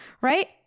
right